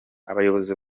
abayobozi